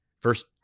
first